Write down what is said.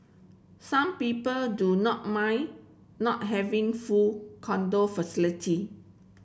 some people do not mind not having full condo facility